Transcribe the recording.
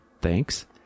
Thanks